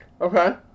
okay